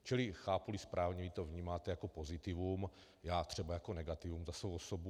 Čili chápuli správně, vy to vnímáte jako pozitivum, já třeba jako negativum za svou osobu.